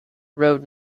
road